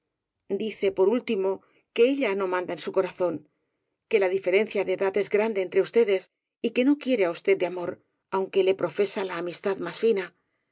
dice por último que ella no manda en su corazón que la diferencia de edad es grande entre ustedes y que no quiere á usted de amor aunque le profesa la amistad más y fina